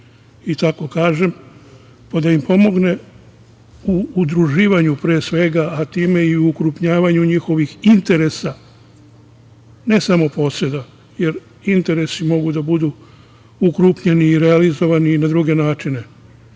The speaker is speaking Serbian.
i tako kažem, da im pomogne u udruživanju pre svega, a time i u ukrupnjavanju njihovih interesa, ne samo poseda, jer interesi mogu da budu ukrupnjeni i realizovani i na druge načine. Šta